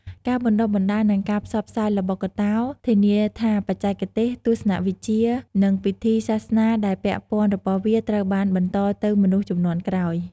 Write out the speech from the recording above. ការបណ្តុះបណ្តាល និងការផ្សព្វផ្សាយល្បុក្កតោធានាថាបច្ចេកទេស ទស្សនវិជ្ជា និងពិធីសាសនាដែលពាក់ព័ន្ធរបស់វាត្រូវបានបន្តទៅមនុស្សជំនាន់ក្រោយ។